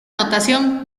notación